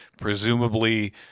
presumably